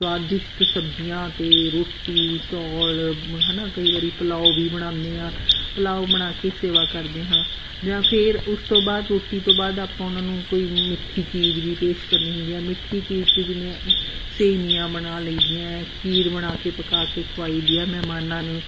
ਸਵਾਦਿਸ਼ਟ ਸਬਜ਼ੀਆਂ ਅਤੇ ਰੋਟੀ ਚੌਲ਼ ਹੈ ਨਾ ਕਈ ਵਾਰੀ ਪਲਾਓ ਵੀ ਬਣਾਉਂਦੇ ਹਾਂ ਪਲਾਓ ਬਣਾ ਕੇ ਸੇਵਾ ਕਰਦੇ ਹਾਂ ਜਾਂ ਫਿਰ ਉਸ ਤੋਂ ਬਾਅਦ ਰੋਟੀ ਤੋਂ ਬਾਅਦ ਆਪਾਂ ਉਹਨਾਂ ਨੂੰ ਕੋਈ ਮਿੱਠੀ ਚੀਜ਼ ਵੀ ਪੇਸ਼ ਕਰਨੀ ਹੁੰਦੀ ਆ ਮਿੱਠੀ ਚੀਜ਼ 'ਚ ਜਿਵੇਂ ਸੇਵੀਆਂ ਬਣਾ ਲਈ ਦੀਆਂ ਏ ਖੀਰ ਬਣਾ ਕੇ ਪਕਾ ਕੇ ਖਵਾਈ ਦੀ ਆ ਮਹਿਮਾਨਾਂ ਨੂੰ